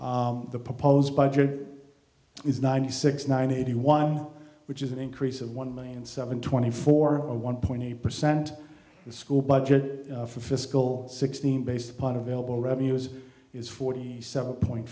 the proposed budget is ninety six nine eighty one which is an increase of one million seven twenty four or one point eight percent the school budget for fiscal sixteen based upon available revenues is forty seven point